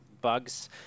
bugs